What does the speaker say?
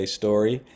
story